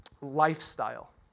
lifestyle